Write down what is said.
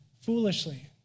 foolishly